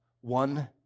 one